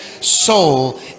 soul